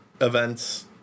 events